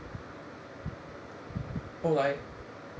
后来